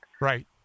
Right